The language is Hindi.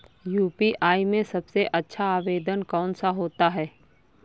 यू.पी.आई में सबसे अच्छा आवेदन कौन सा होता है?